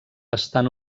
estan